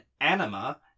anima